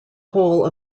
whole